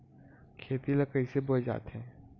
खेती ला कइसे बोय जाथे?